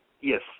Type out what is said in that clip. Yes